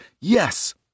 Yes